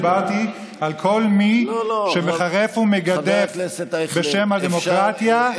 דיברתי על כל מי שמחרף ומגדף בשם הדמוקרטיה,